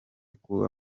kuba